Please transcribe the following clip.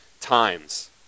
times